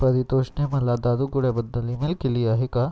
परितोषने मला दारुगोळ्याबद्दल ईमेल केली आहे का